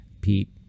Pete